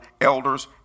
elders